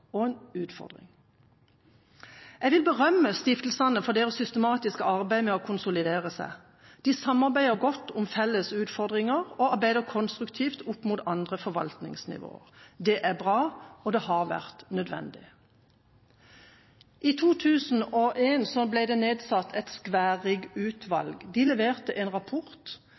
Jeg vil berømme stiftelsene for deres systematiske arbeid med å konsolidere seg. De samarbeider godt om felles utfordringer og arbeider konstruktivt opp mot andre forvaltningsnivåer. Det er bra, og det har vært nødvendig. I 2001 ble Skværriggerutvalget nedsatt.